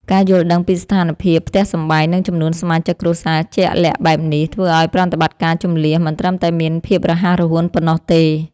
ការយល់ដឹងពីស្ថានភាពផ្ទះសម្បែង និងចំនួនសមាជិកគ្រួសារជាក់លាក់បែបនេះ ធ្វើឱ្យប្រតិបត្តិការជម្លៀសមិនត្រឹមតែមានភាពរហ័សរហួនប៉ុណ្ណោះទេ។